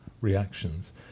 reactions